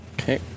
Okay